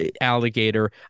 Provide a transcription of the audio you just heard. alligator